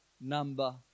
number